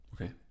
okay